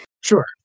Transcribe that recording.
Sure